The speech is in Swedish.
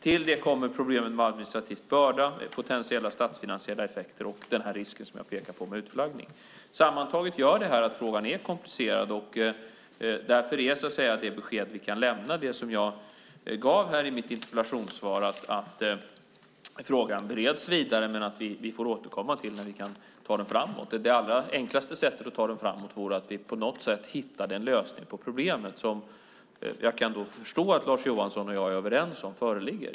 Till detta kommer problemet med administrativ börda, potentiella statsfinansiella effekter och risken för utflaggning, som jag pekade på. Sammantaget innebär det att frågan är komplicerad, och det besked vi kan lämna är det som jag gav i mitt första inlägg, nämligen att frågan bereds vidare och sedan får vi återkomma när vi kan föra den framåt. Det enklaste sättet vore att på något sätt hitta en lösning på det problem som jag förstår att Lars Johansson och jag är överens om föreligger.